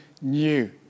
new